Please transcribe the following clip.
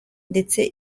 ndetse